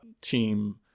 team